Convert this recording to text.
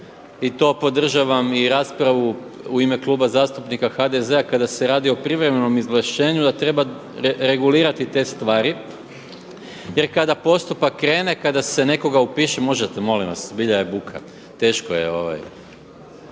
i to podržavam i raspravu i ime Kluba zastupnika HDZ-a kada se radi o privremenom izvlašćenju da treba regulirati te stvari jer kada postupak krene, kada se nekoga upiše. Možete molim vas zbilja je buka. … /Upadica